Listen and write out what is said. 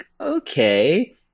Okay